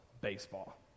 baseball